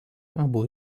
abu